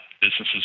businesses